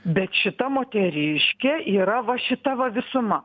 bet šita moteriškė yra va šita va visuma